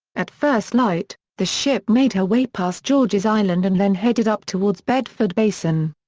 at first light, the ship made her way past george's island and then headed up towards bedford basin.